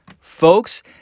Folks